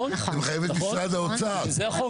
זה מחייב את משרד האוצר.